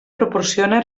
proporciona